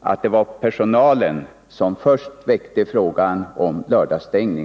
att det var personalen som först väckte frågan om lördagsstängning.